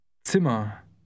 Zimmer